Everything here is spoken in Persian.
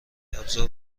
ابزار